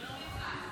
לא ממך.